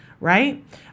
right